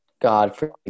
God